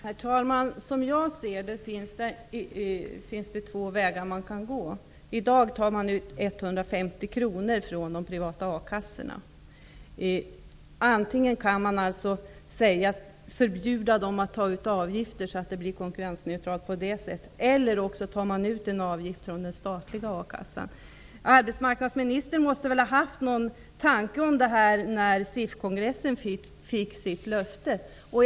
Herr talman! Som jag ser det finns det två vägar att gå. I dag tar man ut 150 kr från de privata akassorna. Antingen kan man förbjuda dem att ta ut avgifter, så att det därigenom blir konkurrensneutralt, eller ta ut en avgift från den statliga a-kassan. Arbetsmarknadsministern måste väl ha haft någon tanke om detta när SIF kongressen fick sitt löfte.